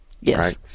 yes